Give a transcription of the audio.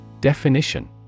Definition